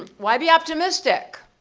ah why be optimistic?